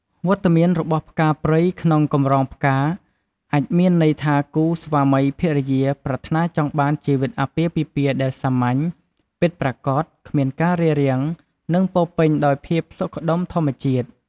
វត្តមានរបស់ផ្កាព្រៃក្នុងកម្រងផ្កា អាចមានន័យថាគូស្វាមីភរិយាប្រាថ្នាចង់បានជីវិតអាពាហ៍ពិពាហ៍ដែលសាមញ្ញ ពិតប្រាកដ គ្មានការរារាំង និងពោរពេញដោយភាពសុខដុមធម្មជាតិ។